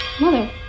Mother